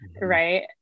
right